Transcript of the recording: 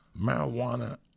Marijuana